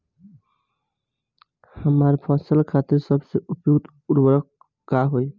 हमार फसल खातिर सबसे उपयुक्त उर्वरक का होई?